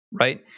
right